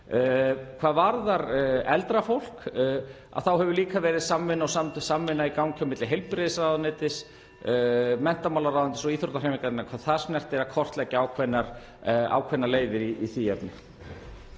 Hvað varðar eldra fólk þá hefur líka verið samvinna og samráð milli heilbrigðisráðuneytis, menntamálaráðuneytis og íþróttahreyfingarinnar hvað það snertir að kortleggja ákveðnar leiðir í því efni.